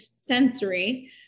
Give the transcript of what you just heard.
sensory